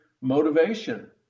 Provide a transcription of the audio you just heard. motivation